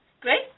Great